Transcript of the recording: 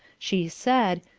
she said,